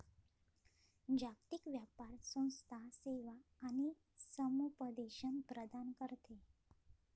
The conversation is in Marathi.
जागतिक व्यापार संस्था सेवा आणि समुपदेशन प्रदान करते